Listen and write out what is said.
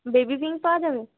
baby pink পাওয়া যাবে